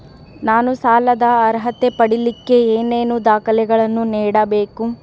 ನಾನು ಸಾಲದ ಅರ್ಹತೆ ಪಡಿಲಿಕ್ಕೆ ಏನೇನು ದಾಖಲೆಗಳನ್ನ ನೇಡಬೇಕು?